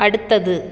அடுத்தது